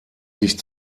sich